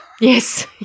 Yes